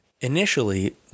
Initially